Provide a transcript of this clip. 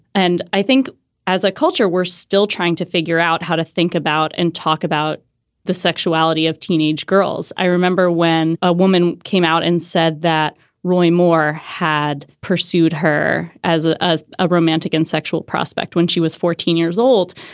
and i think as a culture, we're still trying to figure out how to think about and talk about the sexuality of teenage girls. i remember when a woman came out and said that roy moore had pursued her as ah as a romantic and sexual prospect when she was fourteen years old.